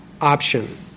option